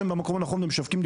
אני מחדש את הישיבה.